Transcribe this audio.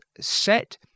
set